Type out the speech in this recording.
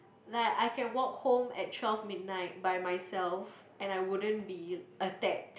like I can walk home at twelve midnight by myself and I wouldn't be attack